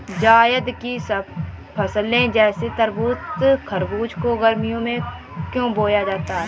जायद की फसले जैसे तरबूज़ खरबूज को गर्मियों में क्यो बोया जाता है?